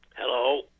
Hello